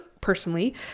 personally